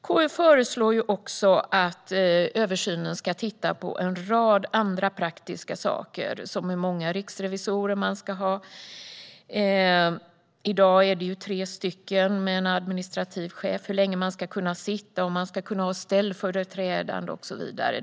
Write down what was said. KU föreslår också att man i översynen ska titta på en rad andra praktiska saker som hur många riksrevisorer man ska ha - i dag är det tre med en administrativ chef - hur länge de ska kunna sitta, om man ska kunna ha ställföreträdare och så vidare.